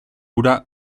hura